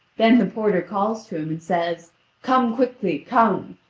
then the porter calls to him, and says come quickly, come.